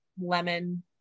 lemon